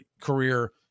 career